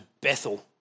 Bethel